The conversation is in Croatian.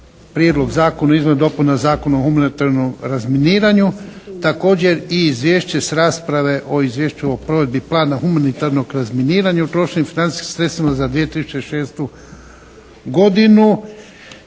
Prijedlog zakona o izmjenama i dopunama Zakona o humanitarnom razminiranju, također i izvješće s rasprave o Izvješću o provedbi plana humanitarnog razminiranja i utrošenim financijskim sredstvima za 2006. godinu